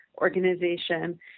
organization